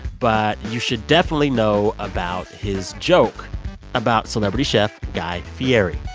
but you should definitely know about his joke about celebrity chef guy fieri.